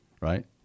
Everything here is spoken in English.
right